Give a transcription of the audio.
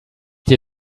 dir